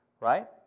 right